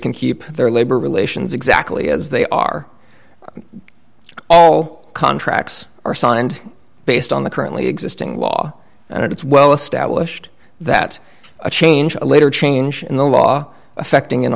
can keep their labor relations exactly as they are all contracts are signed based on the currently existing law and it's well established that a change at a later change in the law affecting an